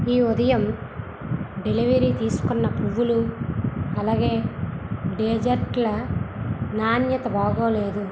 ఈ ఉదయం డెలివరీ తీసుకున్న పువ్వులు అలాగే డేజర్ట్ల నాణ్యత బాగాలేదు